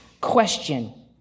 question